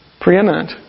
preeminent